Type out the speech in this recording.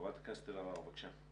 חברת הכנסת קארין אלהרר, בבקשה.